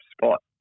spot